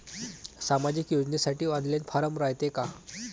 सामाजिक योजनेसाठी online form रायते का?